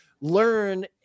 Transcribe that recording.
learn